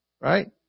Right